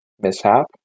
mishap